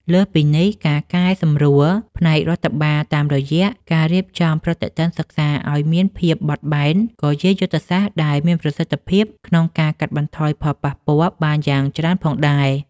លើសពីនេះ ការកែសម្រួលផ្នែករដ្ឋបាលតាមរយៈការរៀបចំប្រតិទិនសិក្សាឱ្យមានភាពបត់បែន ក៏ជាយុទ្ធសាស្ត្រដែលមានប្រសិទ្ធភាពក្នុងការកាត់បន្ថយផលប៉ះពាល់បានយ៉ាងច្រើនផងដែរ។